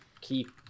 keep